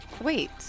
wait